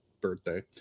birthday